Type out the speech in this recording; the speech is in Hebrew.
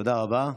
תודה רבה.